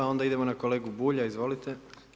Onda idemo na kolegu Bulja, izvolite.